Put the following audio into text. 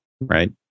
Right